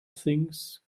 things